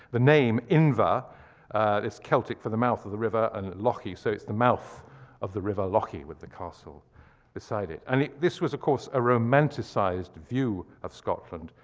the name inver is celtic for the mouth of the river, and lochy, so it's the mouth of the river lochy with the castle beside it. and this was, of course, a romanticized view of scotland,